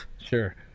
Sure